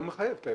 זה לא מחייב,